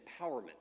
empowerment